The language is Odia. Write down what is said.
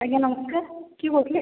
ଆଜ୍ଞା ନମସ୍କାର କିଏ କହୁଥିଲେ